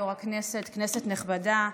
יו"ר הכנסת, כנסת נכבדה,